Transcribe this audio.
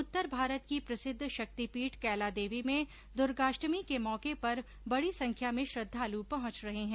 उत्तर भारत की प्रसिद्ध शक्ति पीठ कैलादेवी में दुर्गाष्टमी के मौके पर बड़ी संख्या में श्रद्धालू पहुंच रहे है